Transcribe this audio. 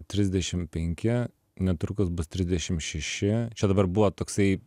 trisdešim penki netrukus bus trisdešim šeši čia dabar buvo toksai